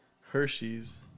Hershey's